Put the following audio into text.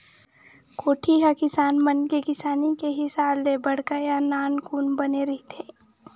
कोठी ह किसान मन के किसानी के हिसाब ले बड़का या नानकुन बने रहिथे